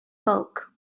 bulk